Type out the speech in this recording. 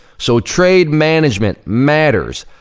so trade management matters,